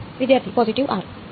વિદ્યાર્થી positive r